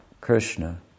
Krishna